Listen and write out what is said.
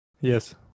Yes